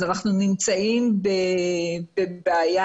אז אנחנו נמצאים בבעיה,